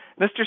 Mr